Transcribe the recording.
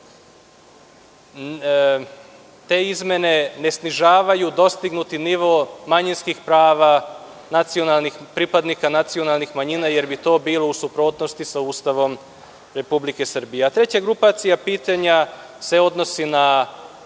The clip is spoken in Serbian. Te izmene ne snižavaju dostignuti nivo manjinskih prava pripadnika nacionalnih manjina, jer bi to bilo u suprotnosti sa Ustavom Republike Srbije. Treća grupacija pitanja se odnosi na